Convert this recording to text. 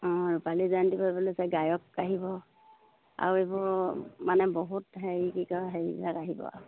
অঁ ৰূপালী জয়ন্তী পাতিব লৈছে গায়ক আহিব আৰু এইবোৰ মানে বহুত হেৰি কি কয় হেৰিবিলাক আহিব আৰু